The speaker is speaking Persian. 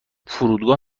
فرودگاه